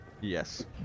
Yes